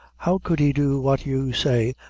how could he do what you say,